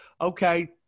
okay